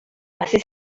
así